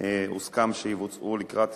הוסכם שאלה יבוצעו לקראת